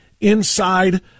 inside